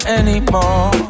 anymore